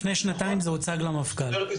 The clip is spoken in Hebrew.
לפני שנתיים זה הוצג למפכ"ל.